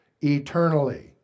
eternally